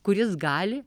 kuris gali